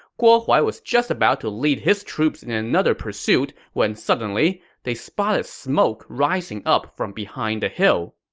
guo huai was just about to lead his troops in another pursuit when suddenly, they spotted smoke rising up from behind a hill.